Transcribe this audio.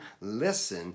Listen